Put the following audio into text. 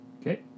Okay